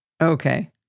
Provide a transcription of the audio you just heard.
Okay